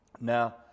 Now